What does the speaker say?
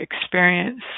experience